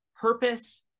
purpose